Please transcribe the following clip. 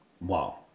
Wow